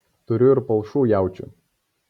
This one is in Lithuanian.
turiu ir palšų jaučių